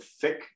thick